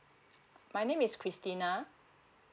my name is christina